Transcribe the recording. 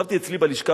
ישבתי אצלי בלשכה,